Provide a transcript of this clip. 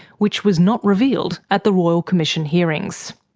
which was not revealed at the royal commission hearings.